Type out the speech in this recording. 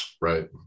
right